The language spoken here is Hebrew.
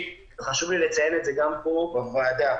וחשוב לי לציין את זה גם פה בוועדה.